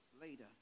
later